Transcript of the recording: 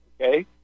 Okay